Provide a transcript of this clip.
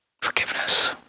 Forgiveness